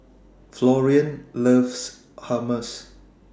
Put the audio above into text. Florian loves Hummus